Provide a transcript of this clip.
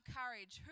courage